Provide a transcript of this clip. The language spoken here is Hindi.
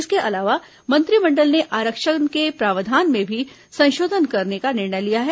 इसके अलावा मंत्रिमंडल ने आरक्षण के प्रावधान में भी संशोधन करने का निर्णय लिया है